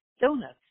Donuts